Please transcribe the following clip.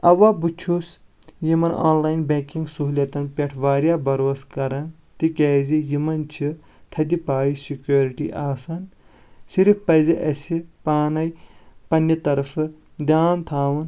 اوا بہٕ چھُس یِمن آن لاین بینکِنگ سہولیتن پٮ۪ٹھ واریاہ بروسہٕ کران تِکیٛازِ یِمن چھ تھدِ پایہِ سِکیورٹی آسان صِرف پزِ اَسہِ پانے پننہِ طرفہٕ دیٛان تھاوُن